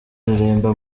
aririmba